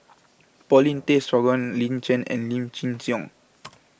Paulin Tay Straughan Lin Chen and Lim Chin Siong